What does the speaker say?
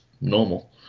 normal